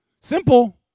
Simple